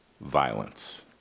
violence